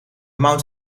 mount